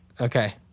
Okay